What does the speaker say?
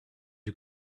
you